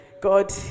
God